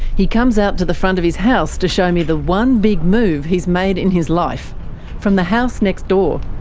he comes out to the front of his house to show me the one big move he's made in his life from the house next door.